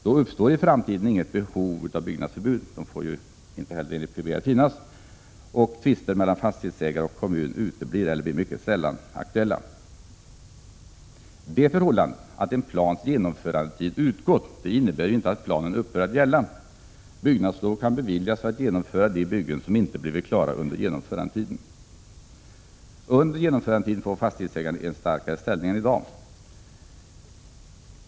Då uppstår i framtiden inget behov av byggnadsförbud. Det får inte heller, enligt PBL, finnas. Tvister mellan fastighetsägare och kommun uteblir eller blir mycket sällan aktuella. Det förhållandet att en plans genomförandetid utgått innebär inte att planen upphör att gälla. Byggnadslov kan beviljas för att genomföra de byggen som inte blivit klara under genomförandetiden. Under genomförandetiden får fastighetsägaren en starkare ställning än i dag.